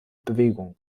bewegung